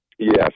Yes